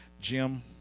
Jim